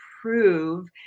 prove